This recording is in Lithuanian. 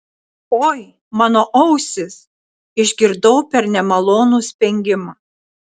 oi mano ausys išgirdau per nemalonų spengimą